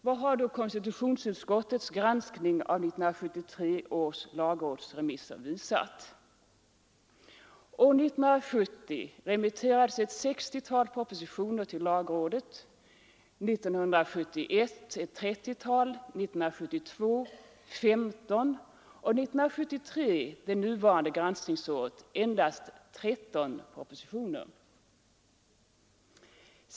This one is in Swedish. Vad har då konstitutionsutskottets granskning av 1973 års lagrådsremisser visat? 1970 remitterades ett 60-tal propositioner till lagrådet, 1971 ett 30-tal, 1972 femton och 1973, det nuvarande granskningsåret, endast tretton propositioner.